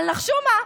אבל נחשו מה?